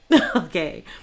okay